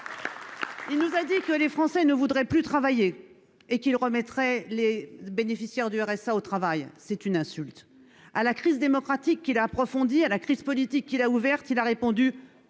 Il nous a dit que les Français ne voudraient plus travailler et qu'il remettrait les bénéficiaires du RSA au travail. C'est une insulte. À la crise démocratique qu'il a approfondie, à la crise politique qu'il a ouverte, il a répondu